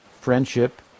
Friendship